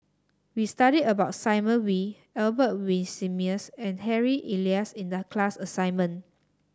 we studied about Simon Wee Albert Winsemius and Harry Elias in the class assignment